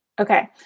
Okay